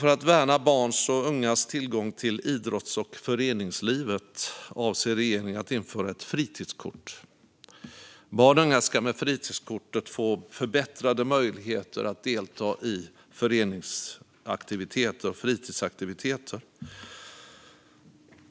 För att värna barns och ungas tillgång till idrotts och föreningslivet avser regeringen att införa ett fritidskort. Barn och unga ska med fritidskortet få förbättrade möjligheter att delta i förenings och fritidsaktiviteter.